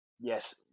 Yes